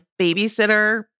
babysitter